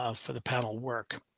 ah for the panel work.